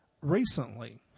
Recently